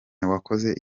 wakoze